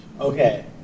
okay